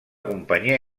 companyia